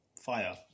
Fire